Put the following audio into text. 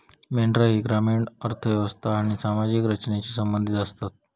मेंढरा ही ग्रामीण अर्थ व्यवस्था आणि सामाजिक रचनेशी संबंधित आसतत